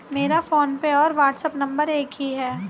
मेरा फोनपे और व्हाट्सएप नंबर एक ही है